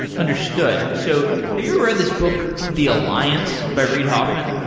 understood. so, have you read this book, the alliance, by reid hoffman?